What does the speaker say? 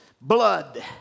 blood